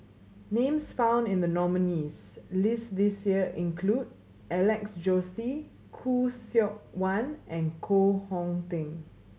names found in the nominees' list this year include Alex Josey Khoo Seok Wan and Koh Hong Teng